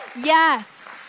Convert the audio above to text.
Yes